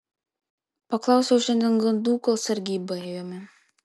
paklausiau šiandien gandų kol sargybą ėjome